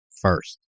first